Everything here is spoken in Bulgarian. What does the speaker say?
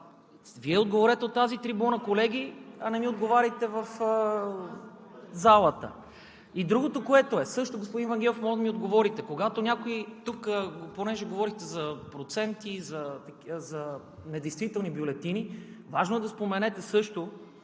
Вие отговорете от тази трибуна, колеги, а не ми отговаряйте в залата! И другото, което е също, господин Вангелов, може да ми отговорите: когато някой тук – понеже говорихте за проценти, за недействителни бюлетини, важно е да споменете също,